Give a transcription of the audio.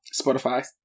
Spotify